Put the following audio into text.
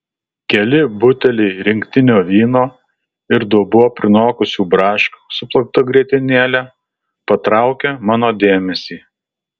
keli buteliai rinktinio vyno ir dubuo prinokusių braškių su plakta grietinėle patraukia mano dėmesį